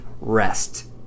rest